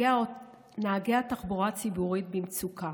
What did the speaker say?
נהגי התחבורה הציבורית במצוקה.